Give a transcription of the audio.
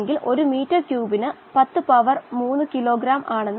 H probe വായു inlet താപനില probe എന്നിവ ഉണ്ട്